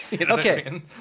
Okay